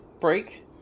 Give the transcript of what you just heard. break